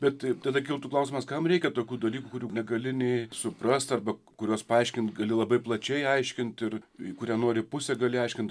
bet tada kiltų klausimas kam reikia tokių dalykų kurių negali nė suprast arba kuriuos paaiškint gali labai plačiai aiškint ir į kurią nori pusę gali aiškint